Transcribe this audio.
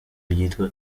ryitwa